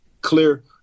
clear